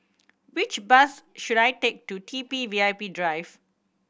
which bus should I take to T B V I P Drive